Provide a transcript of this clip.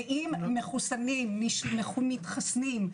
ואם מחוסנים מתחסנים,